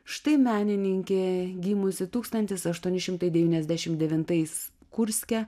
štai menininkė gimusi tūkstantis aštuoni šimtai devyniasdešimt devintais kurske